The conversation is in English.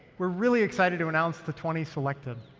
we're really excited to announce the twenty selected.